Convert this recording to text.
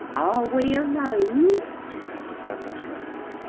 are we alone. do you have to stand that close?